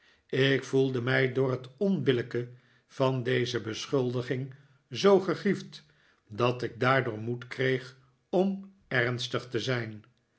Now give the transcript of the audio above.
ik voelde mij door het onbillijke van deze beschuldiging zoo gegriefd dat ik daardoor moed kreeg om ernstig te zijn